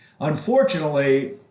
Unfortunately